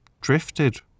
drifted